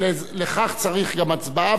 שלכך צריך גם הצבעה,